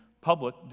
public